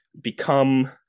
become